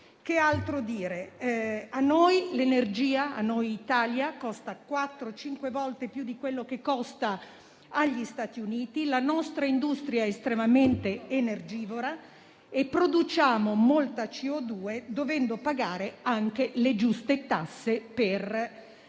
in equilibrio. L'energia all'Italia costa 4-5 volte di più di quello che costa agli Stati Uniti. La nostra industria è estremamente energivora e produciamo molta CO2, dovendo pagare anche le giuste tasse per le